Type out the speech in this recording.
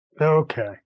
Okay